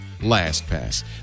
LastPass